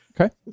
Okay